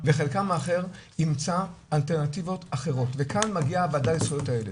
וחלקן האחר ימצא אלטרנטיבות אחרות וכאן מגיעה הועדה לזכויות הילד.